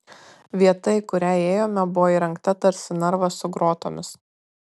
vieta į kurią ėjome buvo įrengta tarsi narvas su grotomis